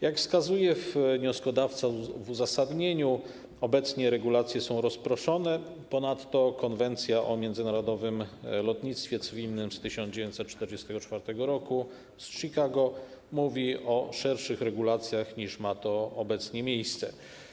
Jak wskazuje wnioskodawca w uzasadnieniu, obecnie regulacje są rozproszone, ponadto Konwencja o międzynarodowym lotnictwie cywilnym z 1944 r. z Chicago mówi o szerszych regulacjach niż ma to obecnie miejsce.